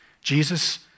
Jesus